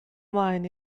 mlaen